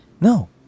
No